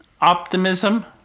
optimism